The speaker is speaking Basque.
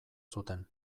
zuten